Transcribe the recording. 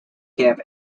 camp